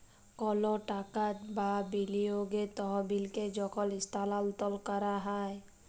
call টাকা বা বিলিয়গের তহবিলকে যখল ইস্থালাল্তর ক্যরা হ্যয়